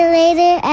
later